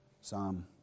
Psalm